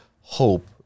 hope